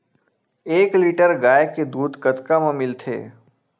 एक लीटर गाय के दुध कतका म मिलथे?